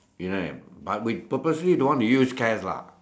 you know but we purposely don't want to use cash lah